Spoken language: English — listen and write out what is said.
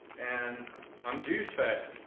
and i'm juice fasting?